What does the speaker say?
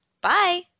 Bye